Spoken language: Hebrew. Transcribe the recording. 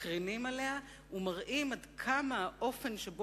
מקרינים עליה ומראים עד כמה האופן שבו